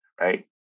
right